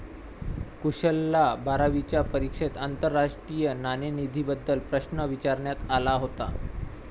कुशलला बारावीच्या परीक्षेत आंतरराष्ट्रीय नाणेनिधीबद्दल प्रश्न विचारण्यात आला होता